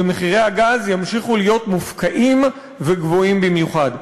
ומחירי הגז ימשיכו להיות מופקעים וגבוהים במיוחד.